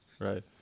Right